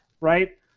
right